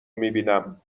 میبینم